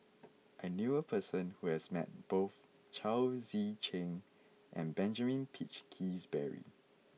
I knew a person who has met both Chao Tzee Cheng and Benjamin Peach Keasberry